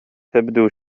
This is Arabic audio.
تبدو